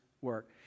work